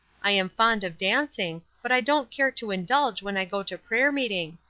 i am fond of dancing, but i don't care to indulge when i go to prayer-meeting.